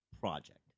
project